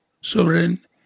sovereign